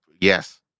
Yes